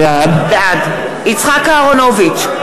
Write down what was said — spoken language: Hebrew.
בעד יצחק אהרונוביץ,